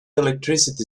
electricity